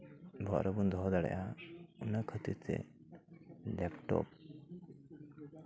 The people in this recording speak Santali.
ᱚᱲᱟᱜ ᱨᱮᱵᱚᱱ ᱫᱚᱦᱚ ᱫᱟᱲᱮᱭᱟᱜᱼᱟ ᱚᱱᱟ ᱠᱷᱟᱹᱛᱤᱨ ᱛᱮ ᱞᱮᱯᱴᱚᱯ